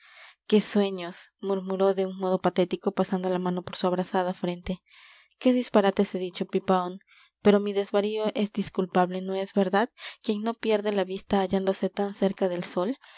qué sueños murmuró de un modo patético pasando la mano por su abrasada frente qué disparates he dicho pipaón pero mi desvarío es disculpable no es verdad quién no pierde la vista hallándose tan cerca del sol